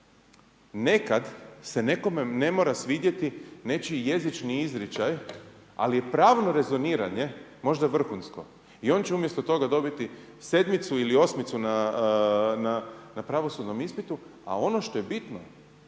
nekada se nekome ne mora svidjeti nečiji jezični izričaj ali je pravno rezoniranje možda vrhunsko. I on će umjesto toga dobiti 7.-cu ili 8.-cu na pravosudnom ispitu. A ono što je bitno